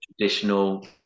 traditional